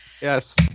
yes